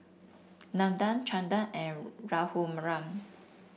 Nathan Chanda and Raghuram